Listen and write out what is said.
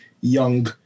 young